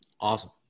Awesome